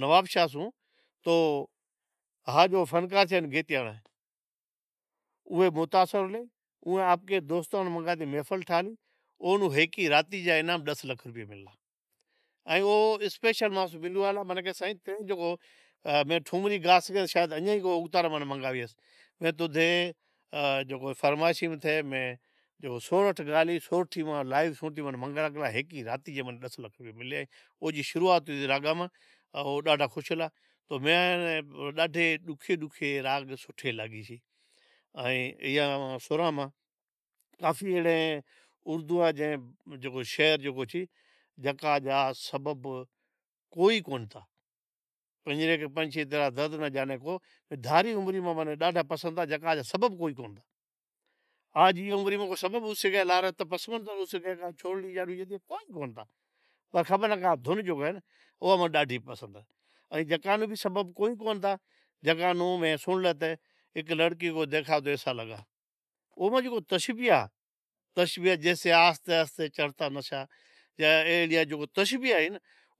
نواب شاہ سوں ہاجو فنکار سے اوئے متاثر نیں اوئے دوستاں نیں منگائے محفل ٹھا لی او ہیکی راتی جا انعام ڈس لاکھ ملیو، منیں کہے کہ تیں سائیں کہیو ٹھمری گا انجا ئی مناں منگایو، تیں ری فرمائش کری سورٹھ گا تو ہیکی راتی را منیں ڈس لاکھ ملیا او جی شروعات میں ڈاڈھا خوش ہتا تو منیں ڈاھے ڈوکھے ڈوکھے راگ سوٹھے لاگے سے۔ ایئا سراں ماں کافی اہڑیں اردو را جکو شعر جکو چھی جے کا جا سبب کوئی کون سا پنجرے کا پنچھی تیرا درد ناں جانے کو دھاری عمر میں منیں ڈاڈھا پسند آیا جے کا سبب کوئی کون اے آج ای عمر میں سبب جانڑے تو پس منظر کوئی کون تھا پر خبر نا کہ دھن جیکا اے او ڈاڈھی پسند اے ائیں سبب کوئی کون تھا جیکا میں سنڑ لاگا تو ایک لڑکی کو دیکھا تو ایسا لگا او ماں جیکو تشبیہہ آ جیسے آہستے آہستے پڑہتا نشہ اے تشبیہہ اے